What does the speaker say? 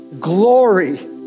glory